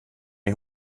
die